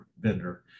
vendor